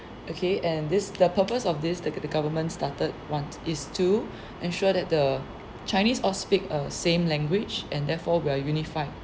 okay and this the purpose of this the the government started want is to ensure that the chinese all speak err same language and therefore we're unified